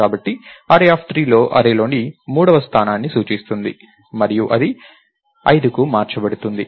కాబట్టి array3 అర్రేలోని మూడవ స్థానాన్ని సూచిస్తుంది మరియు అది 5కి మార్చబడింది